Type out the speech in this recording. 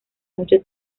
mucho